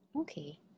Okay